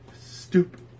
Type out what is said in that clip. Stupid